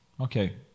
Okay